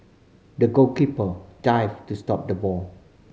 the goalkeeper dived to stop the ball